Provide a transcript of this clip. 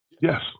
Yes